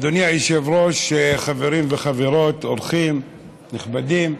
אדוני היושב-ראש, חברים וחברות, אורחים נכבדים,